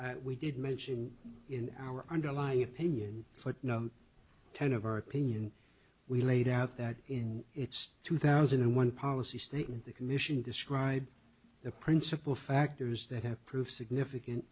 we didn't mention in our underlying opinion footnote ten of our opinion we laid out that in its two thousand and one policy statement the commission described the principal factors that have prove significant